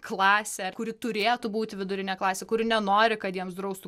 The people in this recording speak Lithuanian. klasė ar kuri turėtų būt vidurinė klasė kuri nenori kad jiems draustų